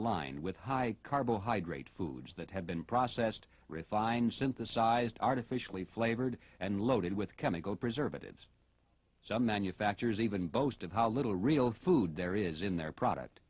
lined with high carbohydrate foods that have been processed refined synthesized artificially flavored and loaded with chemical preservatives so manufacturers even boast of how little real food there is in their product